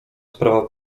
sprawa